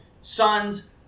sons